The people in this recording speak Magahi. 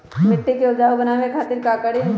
मिट्टी के उपजाऊ बनावे खातिर का करी?